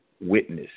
witness